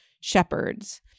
shepherds